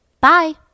Bye